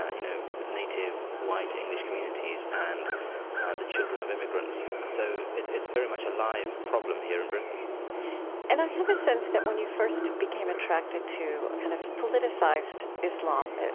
ah you know, native white english communities and and the children of immigrants. and so it's it's very much a live problem here in britain and i have a sense that when you first became attracted to a kind of politicized islam,